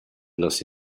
lost